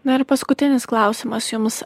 na ir paskutinis klausimas jums